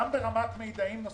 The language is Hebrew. אם ברמת מידעים נוספים,